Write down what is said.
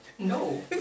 No